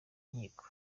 nkiko